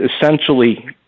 essentially